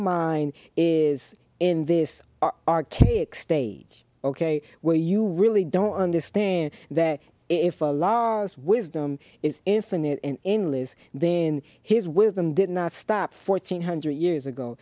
mind is in this our kids stage ok where you really don't understand that if a law is wisdom is infinite and endless then his wisdom did not stop fourteen hundred years ago